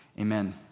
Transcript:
Amen